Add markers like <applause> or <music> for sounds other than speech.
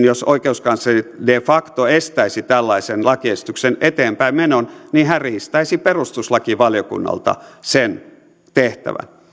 <unintelligible> jos oikeuskansleri de facto estäisi tällaisen lakiesityksen eteenpäinmenon niin hän riistäisi perustuslakivaliokunnalta sen tehtävän